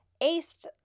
aced